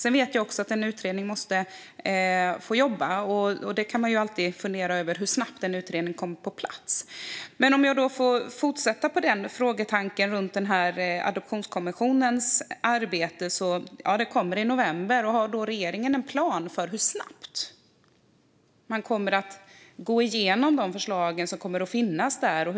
Jag vet ju att en utredning måste få jobba. Man kan alltid fundera över hur snabbt en utredning kom på plats. Låt mig fortsätta något om Adoptionskommissionens arbete. Resultatet kommer i november. Har regeringen någon plan för hur snabbt man kommer att gå igenom de förslag som kommer att finnas i utredningen?